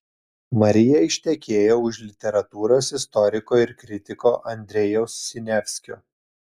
marija ištekėjo už literatūros istoriko ir kritiko andrejaus siniavskio